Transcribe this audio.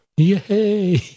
Yay